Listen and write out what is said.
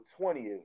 20th